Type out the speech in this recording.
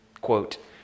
quote